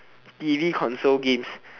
t_v console games